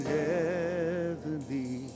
heavenly